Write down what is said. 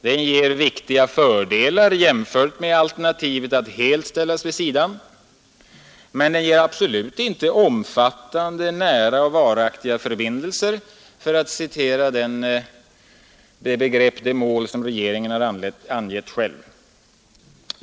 Den ger viktiga fördelar jämfört med alternativet att helt ställas vid sidan. Men den ger absolut inte ”omfattande, nära och varaktiga förbindelser” för att citera det mål som regeringen själv har angivit.